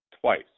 twice